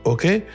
Okay